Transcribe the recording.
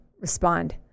respond